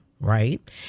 right